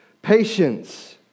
Patience